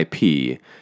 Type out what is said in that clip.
IP